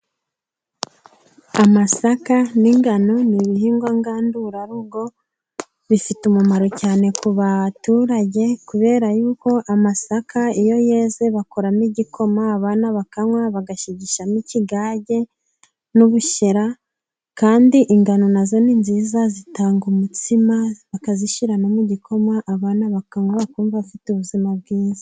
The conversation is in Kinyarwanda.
Amasaka n'ingano ni ibihingwa ngandurarugo bifite umumaro cyane ku baturage, kubera y'uko amasaka iyo yeze bakuramo igikoma, abana bakanywa bagashigishashamo ikigage n'ubushyera, kandi ingano nazo ni nziza zitanga umutsima, bakazishyira no mu gikoma, abana bakanywa bakumva bafite ubuzima bwiza.